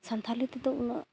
ᱥᱟᱱᱛᱟᱲᱤ ᱛᱮᱫᱚ ᱩᱱᱟᱹᱜ